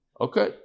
Okay